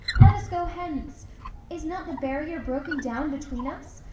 let us go hence is not the barrier broken down between us?